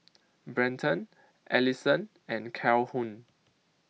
Brenton Alyson and Calhoun